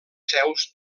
seus